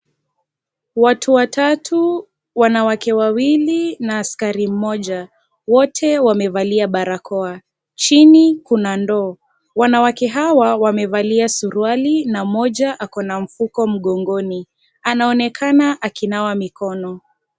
Watu watatu, wanawake wawili na askari mmoja wote wamevalia barakoa. Chini kuna ndoo wanawake hawa wamevalia suruali na mmoja ako na mfuko mgongoni anaonekana akinawa mikono.